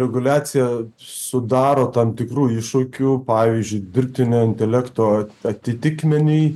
reguliacija sudaro tam tikrų iššūkių pavyzdžiui dirbtinio intelekto atitikmeniui